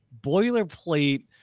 boilerplate